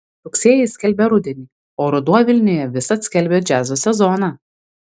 rugsėjis skelbia rudenį o ruduo vilniuje visad skelbia džiazo sezoną